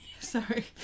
Sorry